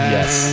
Yes